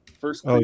First